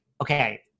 okay